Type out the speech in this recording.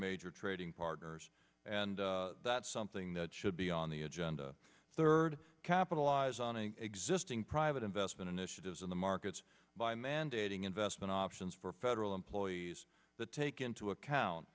major trading partners and that's something that should be on the agenda third capitalize on a existing private investment initiatives in the markets by mandating investment options for federal employees that take into account